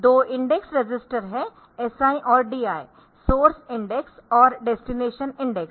दो index register है SI और DI सोर्स इंडेक्स और डेस्टिनेशन इंडेक्स